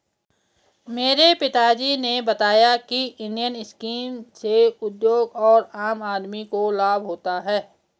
मेरे पिता जी ने बताया की इंडियन स्कीम से उद्योग और आम आदमी को लाभ होता है